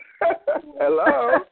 Hello